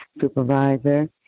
supervisor